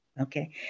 Okay